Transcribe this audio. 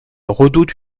redoute